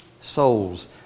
souls